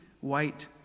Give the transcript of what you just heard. white